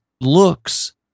looks